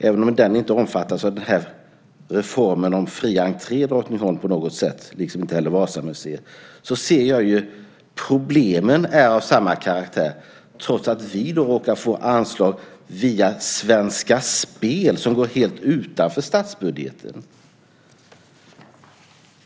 Även om Drottningholm inte omfattas av reformen om fri entré, liksom inte heller Vasamuseet, ser jag att problemen är av samma karaktär, trots att vi råkar få anslag via Svenska Spel som går helt utanför statsbudgeten.